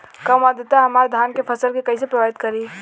कम आद्रता हमार धान के फसल के कइसे प्रभावित करी?